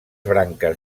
branques